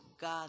God